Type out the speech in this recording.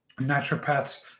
naturopaths